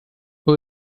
who